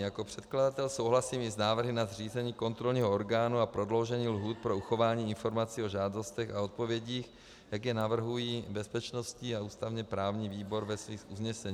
Jako předkladatel souhlasím i s návrhem na zřízení kontrolního orgánu a prodloužení lhůt pro uchování informací o žádostech a odpovědích, jak je navrhují bezpečnostní a ústavněprávní výbor ve svých usneseních.